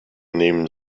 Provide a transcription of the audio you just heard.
nehmen